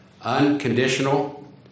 unconditional